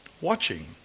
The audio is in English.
watching